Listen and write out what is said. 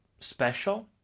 special